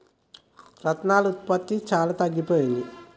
రత్నాల ఉత్పత్తి చాలా తగ్గిపోయింది